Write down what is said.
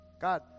God